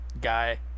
Guy